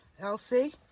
Elsie